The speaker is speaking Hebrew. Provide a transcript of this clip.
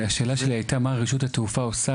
השאלה שלי הייתה מה רשות התעופה עושה